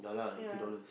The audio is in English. ya